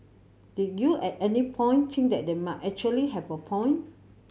did you at any point think that they might actually have a point